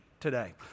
today